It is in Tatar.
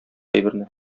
әйберне